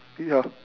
ya